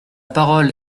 parole